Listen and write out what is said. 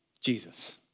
Jesus